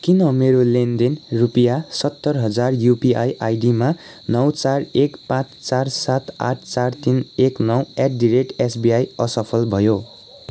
किन मेरो लेनदेन रुपियाँ सत्तर हजार यूपिआई आइडीमा नौ चार एक पाँच चार सात आठ चार तिन एक नौ at the rate S B I असफल भयो